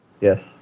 Yes